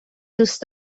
دوست